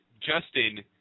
Justin